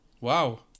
wow